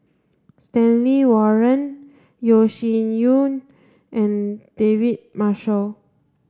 Stanley Warren Yeo Shih Yun and David Marshall